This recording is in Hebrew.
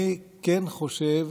אני כן חושב